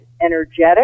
energetic